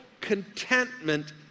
contentment